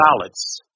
ballots